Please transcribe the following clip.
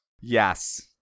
Yes